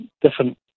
different